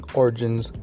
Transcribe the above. origins